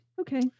Okay